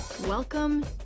Welcome